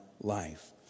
life